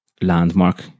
landmark